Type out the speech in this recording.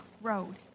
road